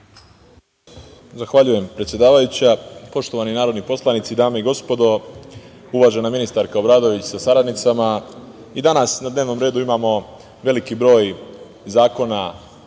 Zahvaljujem, predsedavajuća. Poštovani narodni poslanici, dame i gospodo, uvažena ministarka Obradović sa saradnicima, i danas na dnevnom redu imamo veliki broj zakona